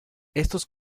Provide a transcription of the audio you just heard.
estos